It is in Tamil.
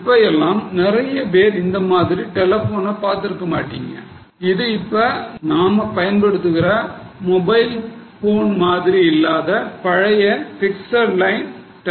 இப்ப எல்லாம் நிறைய பேர் இந்த மாதிரி டெலிபோனை பாத்திருக்க மாட்டீங்க இது இப்ப நாம பயன்படுத்துற மொபைல்போன் மாதிரி இல்லாத பழைய fixed line telephones